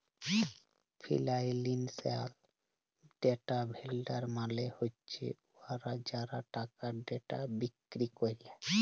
financial data vendor মালে হছে উয়ারা যারা টাকার ডেটা বিক্কিরি ক্যরে